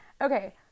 Okay